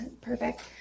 perfect